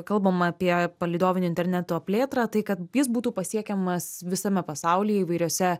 kalbama apie palydovinio interneto plėtrą tai kad jis būtų pasiekiamas visame pasaulyje įvairiose